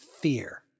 fear